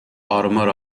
armour